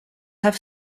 have